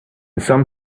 some